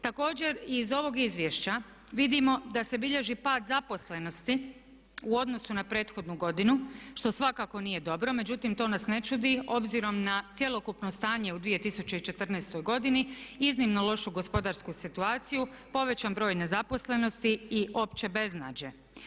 Također iz ovog izvješća vidimo da se bilježi pad zaposlenosti u odnosu na prethodnu godinu što svakako nije dobro, međutim to nas ne čudi obzirom na cjelokupno stanje u 2014. godini, iznimno lošu gospodarsku situaciju, povećan broj nezaposlenosti i opće beznađe.